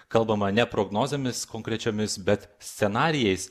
kalbama ne prognozėmis konkrečiomis bet scenarijais